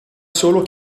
solo